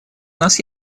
нас